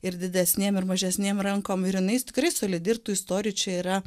ir didesnėm ir mažesnėm rankom ir jinai tikrai solidi ir tų istorijų čia yra